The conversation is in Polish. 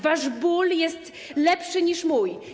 Wasz ból jest lepszy niż mój.